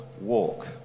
walk